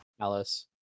Alice